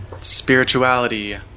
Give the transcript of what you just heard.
spirituality